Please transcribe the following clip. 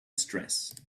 stress